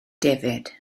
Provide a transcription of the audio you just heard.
defaid